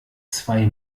zwei